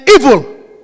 evil